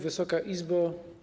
Wysoka Izbo!